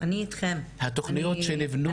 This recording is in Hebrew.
התוכניות שנבנו,